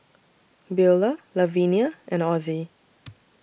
Beula Lavenia and Ozie